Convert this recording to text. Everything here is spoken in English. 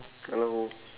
hello